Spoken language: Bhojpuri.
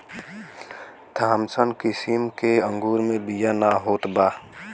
थामसन किसिम के अंगूर मे बिया ना होत बा